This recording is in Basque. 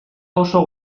oso